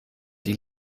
die